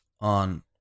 on